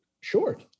short